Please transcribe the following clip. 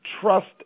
trust